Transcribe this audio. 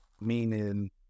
Meaning